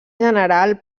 general